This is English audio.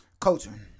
coaching